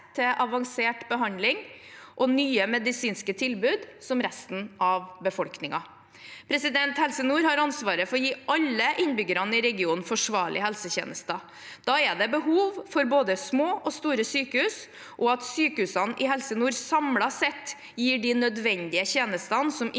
til avansert behandling og nye medisinske tilbud som resten av befolkningen. Helse nord har ansvar for å gi alle innbyggerne i regionen forsvarlige helsetjenester. Da er det behov for både små og store sykehus og at sykehusene i Helse nord samlet sett gir de nødvendige tjenestene som